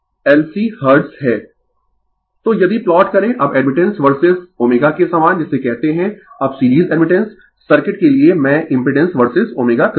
Refer slide Time 2940 तो यदि plot करें अब एडमिटेंस वर्सेज ω के समान जिसे कहते है अब सीरीज एडमिटेंस सर्किट के लिए मैं इम्पिडेंस वर्सेज ω करूँगा